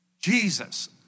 Jesus